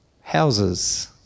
houses